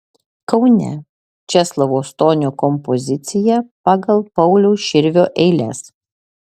kaune česlovo stonio kompozicija pagal pauliaus širvio eiles